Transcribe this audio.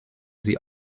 sie